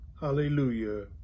hallelujah